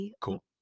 Cool